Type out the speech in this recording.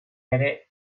ere